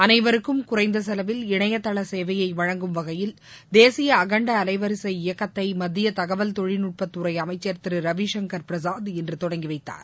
அனைவருக்கும் குறைந்த செலவில் இணையதள சேவையை வழங்கும் வகையில் தேசிய ப அகண்ட அலைவரிசை இயக்கத்தை மத்திய தகவல் தொழில்நுட்பத்துறை அமைச்சர் திரு ரவிசங்கர் பிரசாத் இன்று தொடங்கி வைத்தார்